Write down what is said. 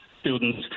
students